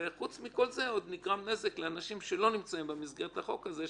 וחוץ מכל זה עוד נגרם נזק לאנשים שלא נמצאים במסגרת החוק הזה,